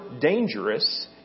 dangerous